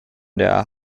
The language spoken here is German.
der